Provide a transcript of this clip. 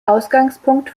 ausgangspunkt